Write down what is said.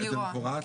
אני רואה.